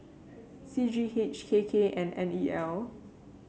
C G H K K and N E L